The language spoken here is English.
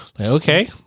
Okay